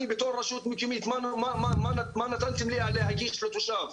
אני בתור רשות מקומית מה נתתם לי להגיש לתושב?